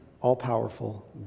all-powerful